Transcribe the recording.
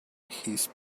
his